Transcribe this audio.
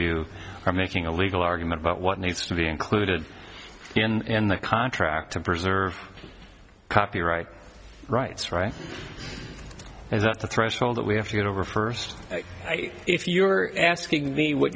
you are making a legal argument about what needs to be included in the contract to preserve copyright rights rights as a threshold that we have to get over first if you're asking me what